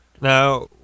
Now